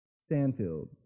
Stanfield